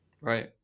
Right